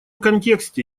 контексте